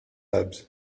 nabbs